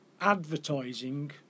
advertising